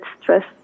stress